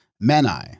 Menai